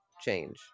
Change